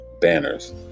banners